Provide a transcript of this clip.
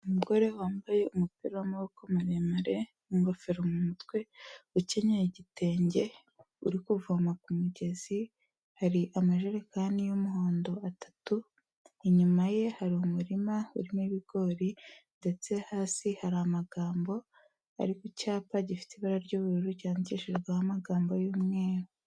Umugore wambaye umupira w'amaboko maremare, ingofero mu mutwe, ukenyeye igitenge, uri kuvoma ku mugezi, hari amajerekani y'umuhondo atatu, inyuma ye hari umurima urimo ibigori ndetse hasi hari amagambo ari ku cyapa gifite ibara ry'ubururu cyandikishijweho amagambo y'umweru.